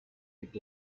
gibt